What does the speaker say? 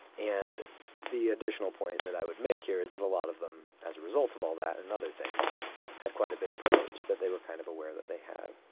and the additional point that i would make here is that a lot of them as a result of all that and other things had quite a bit of privilege, that they were kind of aware that they had,